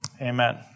Amen